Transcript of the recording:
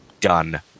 done